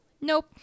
Nope